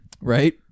Right